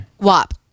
WAP